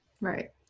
right